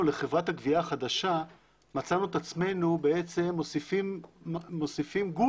לחברת הגבייה החדשה מצאנו את עצמנו בעצם מוסיפים גוף